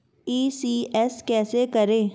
ECS कैसे करें?